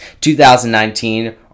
2019